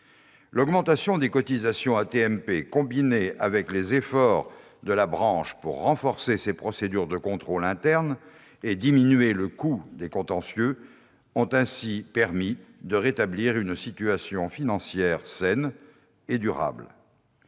L'augmentation des cotisations AT-MP, combinée aux efforts de la branche pour renforcer ses procédures de contrôle interne et diminuer le coût des contentieux, a ainsi permis de rétablir une situation financière saine et durable.